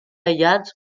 aïllats